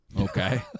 Okay